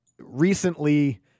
recently